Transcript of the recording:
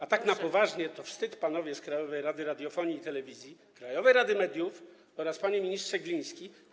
A tak na poważnie, to wstyd, panowie z Krajowej Rady Radiofonii i Telewizji, krajowej rady mediów oraz panie ministrze Gliński.